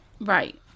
Right